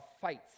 fights